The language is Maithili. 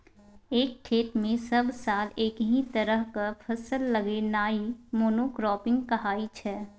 एक खेत मे सब साल एकहि तरहक फसल लगेनाइ मोनो क्राँपिंग कहाइ छै